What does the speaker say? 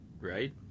right